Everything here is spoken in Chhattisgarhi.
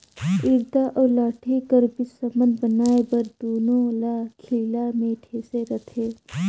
इरता अउ लाठी कर बीच संबंध बनाए बर दूनो ल खीला मे ठेसे रहथे